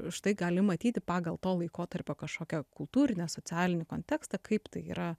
štai gali matyti pagal to laikotarpio kažkokią kultūrinę socialinį kontekstą kaip tai yra